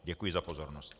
Děkuji za pozornost.